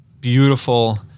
beautiful